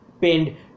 pinned